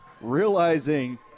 realizing